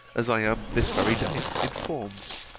as i am this very day informed.